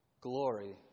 glory